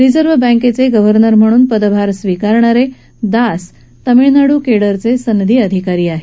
reserve बँकेचे governor म्हणून पदभार स्विकारणारे दास तामिळनाडू केडरचे सनदी अधिकारी आहेत